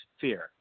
fear